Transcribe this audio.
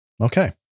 Okay